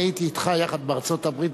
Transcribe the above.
אני הייתי אתך יחד בארצות-הברית,